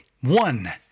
One